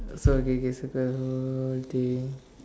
so okay k circle whole thing